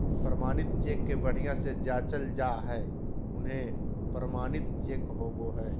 प्रमाणित चेक के बढ़िया से जाँचल जा हइ उहे प्रमाणित चेक होबो हइ